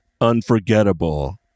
unforgettable